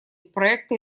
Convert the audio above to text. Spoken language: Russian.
проекта